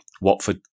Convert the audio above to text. Watford